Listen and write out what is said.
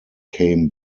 came